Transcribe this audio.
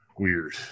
weird